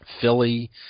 Philly